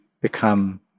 become